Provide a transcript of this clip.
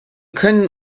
können